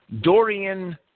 Dorian